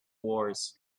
wars